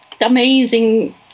amazing